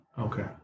Okay